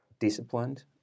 disciplined